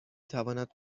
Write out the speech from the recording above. تواند